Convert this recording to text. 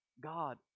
God